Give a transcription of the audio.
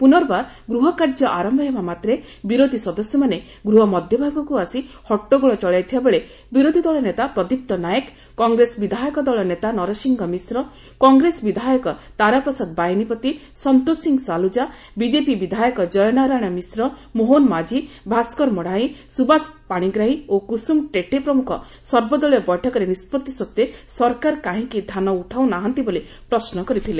ପୁର୍ନବାର ଗୃହ କାର୍ଯ୍ୟ ଆର ବିରୋଧି ସଦସ୍ୟମାନେ ଗୃହ ମଧ୍ଘଭାଗକୁ ଆସି ହଟଗୋଳ ଚଳାଇଥିବା ବେଳେ ବିରୋଧିଦଳ ନେତା ପ୍ରଦୀପ୍ତ ନାୟକ କଂଗ୍ରେସ ବିଧାୟକଦଳ ନେତା ନରସିଂହ ମିଶ୍ର କଂଗ୍ରେସ ବିଧାୟକ ତାରା ପ୍ରସାଦ ବାହିନିପତି ସନ୍ତୋଷ ସିଂହ ସାଲୁଜା ବିଜେପି ବିଧାୟକ ଜୟ ନାରାୟଣ ମିଶ୍ର ମୋହନ ମାଝି ଭାସ୍କର ମଢାଇ ସୁବାସ ପାଣିଗ୍ରାହୀ ଓ କୁସୁମ ଟେଟେ ପ୍ରମୁଖ ସର୍ବଦଳୀୟ ବୈଠକରେ ନିଷ୍ବଭି ସତ୍ୱେ ସରକାର କାହିଁକି ଧାନ ଉଠାଉ ନାହାନ୍ତି ବୋଲି ପ୍ରଶ୍ନ କରିଥିଲେ